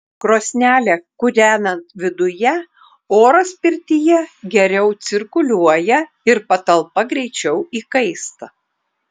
krosnelę kūrenant viduje oras pirtyje geriau cirkuliuoja ir patalpa greičiau įkaista